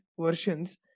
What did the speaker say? versions